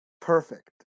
perfect